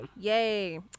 Yay